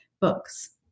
books